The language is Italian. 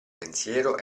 pensiero